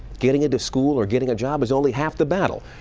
getting into school or getting a job is only half the battle.